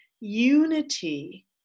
unity